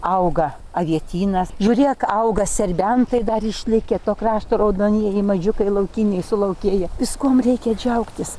auga avietynas žiūrėk auga serbentai dar išlikę to krašto raudonieji mažiukai laukiniai sulaukėję viskuom reikia džiaugtis